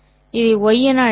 இதை y என அழைக்கலாம்